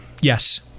Yes